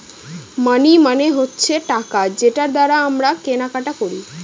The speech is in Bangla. মানি মানে হচ্ছে টাকা যেটার দ্বারা আমরা কেনা বেচা করি